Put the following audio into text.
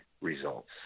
results